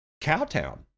Cowtown